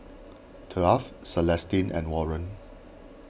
Taft Celestine and Warren